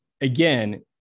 again